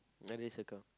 nine days ago